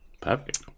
Perfect